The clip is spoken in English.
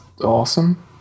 awesome